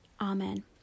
Amen